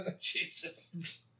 Jesus